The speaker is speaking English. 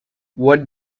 what